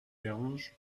dérange